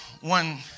one